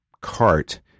cart